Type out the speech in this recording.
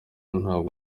ntabwo